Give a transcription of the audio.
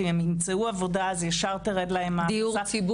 אם הן ימצאו עבודה אז ישר תרד להן הקצבה.